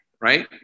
right